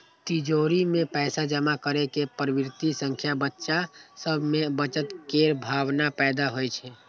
तिजौरी मे पैसा जमा करै के प्रवृत्ति सं बच्चा सभ मे बचत केर भावना पैदा होइ छै